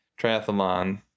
triathlon